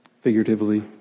Figuratively